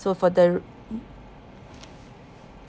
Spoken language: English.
so further